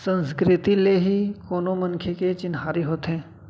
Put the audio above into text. संस्कृति ले ही कोनो मनखे के चिन्हारी होथे